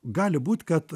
gali būt kad